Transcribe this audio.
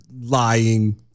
lying